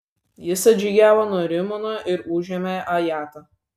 jis atžygiavo nuo rimono ir užėmė ajatą